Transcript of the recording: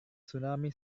tsunami